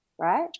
Right